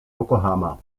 yokohama